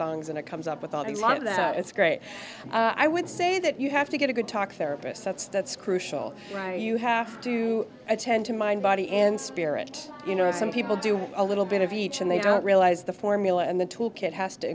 bones and it comes up with all the time that it's great i would say that you have to get a good talk therapist that's that's crucial you have to attend to mind body and spirit you know some people do a little bit of each and they don't realize the formula and the tool kit has to